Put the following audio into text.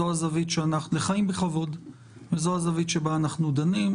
הזכות לחיים בכבוד זו הזווית שבה אנחנו דנים.